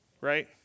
right